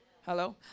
Hello